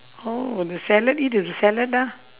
oh the salad eat as a salad lah